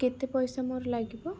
କେତେ ପଇସା ମୋର ଲାଗିବ